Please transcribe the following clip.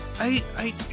I-I